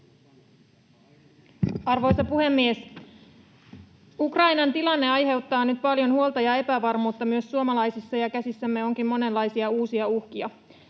Arvoisa puhemies! Ukrainan tilanne aiheuttaa nyt paljon huolta ja epävarmuutta myös suomalaisissa, ja käsissämme onkin monenlaisia uusia uhkia.